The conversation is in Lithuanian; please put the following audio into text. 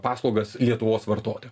paslaugas lietuvos vartotojam